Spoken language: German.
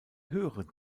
höheren